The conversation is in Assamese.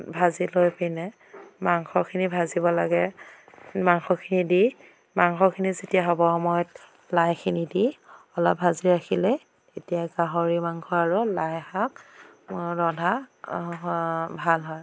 ভাজি লৈ পিনে মাংসখিনি ভাজিব লাগে মাংসখিনি দি মাংসখিনি যেতিয়া হ'বৰ সময়ত লাইখিনি দি অলপ ভাজি ৰাখিলে এতিয়া গাহৰি মাংস আৰু লাই শাক ৰন্ধা ভাল হয়